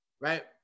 right